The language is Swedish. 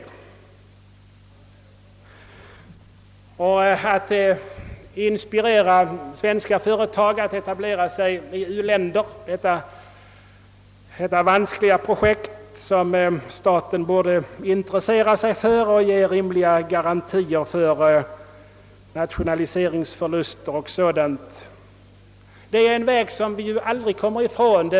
Man borde inspirera svenska företag att etablera sig i u-länder. Det är vanskliga projekt som staten borde engagera sig för och där den borde ge rimliga garantier för nationaliseringsförluster o.s.v. Det är en väg som vi aldrig kommer ifrån.